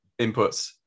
inputs